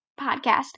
Podcast